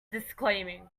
disclaiming